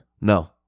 No